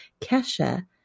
Kesha